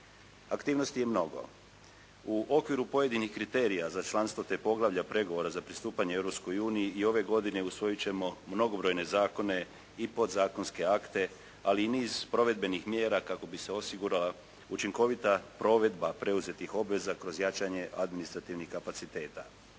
Aktivnosti je mnogo. U okviru pojedinih kriterija za članstvo te poglavlja pregovora za pristupanje Europskoj uniji i ove godine usvojit ćemo mnogobrojne zakone i podzakonske akte, ali i niz provedbenih mjera kako bi se osigurala učinkovita provedba preuzetih obveza kroz jačanje administrativnih kapaciteta.